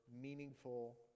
meaningful